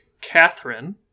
Catherine